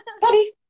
buddy